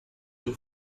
your